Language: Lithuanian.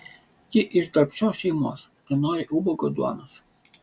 ji iš darbščios šeimos nenori ubago duonos